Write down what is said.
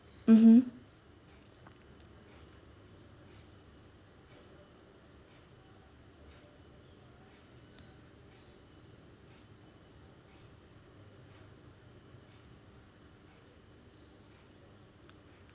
mmhmm